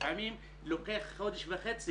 לפעמים זה לוקח חודש וחצי